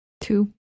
two